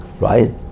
Right